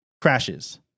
crashes